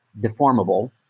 deformable